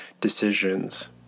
decisions